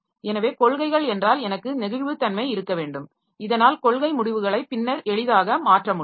எனவே காெள்கைகள் என்றால் எனக்கு நெகிழ்வுத்தன்மை இருக்க வேண்டும் இதனால் காெள்கை முடிவுகளை பின்னர் எளிதாக மாற்ற முடியும்